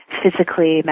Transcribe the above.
physically